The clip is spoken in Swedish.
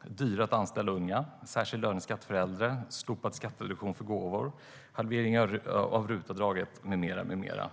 att det blir dyrare att anställa unga, särskild löneskatt för äldre, slopad skattereduktion för gåvor, halvering av RUT-avdraget med mera med mera.